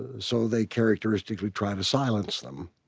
ah so they characteristically try to silence them.